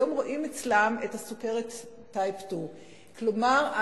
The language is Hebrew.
היום רואים אצלם את הסוכרת type 2. כלומר,